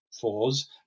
fours